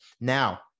Now